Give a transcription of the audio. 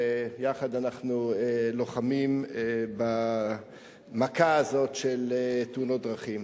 שיחד אנחנו לוחמים במכה הזאת של תאונות דרכים.